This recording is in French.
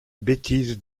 bêtise